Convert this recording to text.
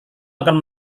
akan